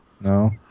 no